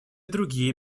другие